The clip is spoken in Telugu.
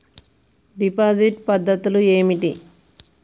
డిపాజిట్ పద్ధతులు ఏమిటి?